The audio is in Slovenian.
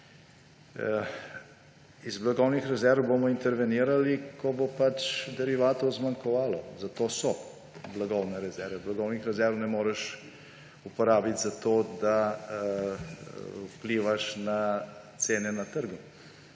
V blagovne rezerve bomo intervenirali, ko bo pač derivatov zmanjkovalo. Zato so blagovne rezerve. Blagovnih rezerv ne moreš uporabiti za to, da vplivaš na cene na trgu.